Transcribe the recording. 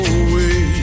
away